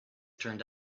turned